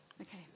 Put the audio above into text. Okay